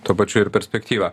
tuo pačiu ir perspektyvą